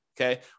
okay